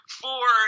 four